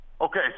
Okay